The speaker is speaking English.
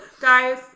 Guys